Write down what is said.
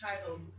titled